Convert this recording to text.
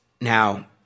Now